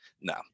No